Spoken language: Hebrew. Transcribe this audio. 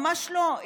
ממש לא.